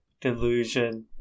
delusion